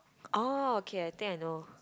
oh okay I think I know